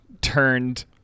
turned